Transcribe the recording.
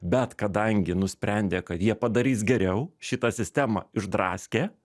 bet kadangi nusprendė kad jie padarys geriau šitą sistemą išdraskė